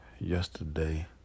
Yesterday